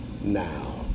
Now